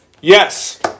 Yes